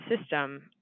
system